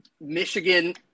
Michigan